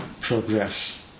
progress